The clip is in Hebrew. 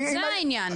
זה העניין.